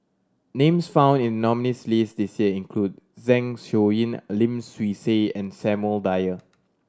names found in nominees' list this year include Zeng Shouyin Lim Swee Say and Samuel Dyer